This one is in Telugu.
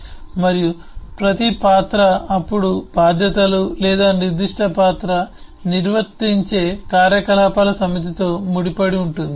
మరియు ప్రతి పాత్ర అప్పుడు బాధ్యతలు లేదా నిర్దిష్ట పాత్ర నిర్వర్తించే కార్యకలాపాల సమితితో ముడిపడి ఉంటుంది